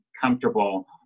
comfortable